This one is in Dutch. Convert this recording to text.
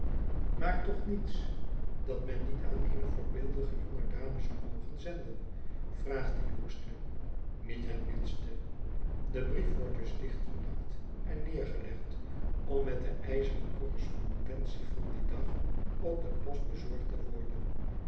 maar toch niets dat men niet aan eene voorbeeldige jonge dame zou mogen zenden vraagt de jongste niet het minste de brief wordt dus dicht gelakt en neergelegd om met de ijzeren correspondentie van dien dag op de post bezorgd te worden